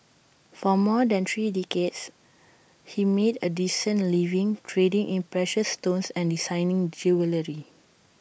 for more than three decades he made A decent living trading in precious stones and designing jewellery